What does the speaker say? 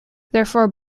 therefore